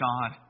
God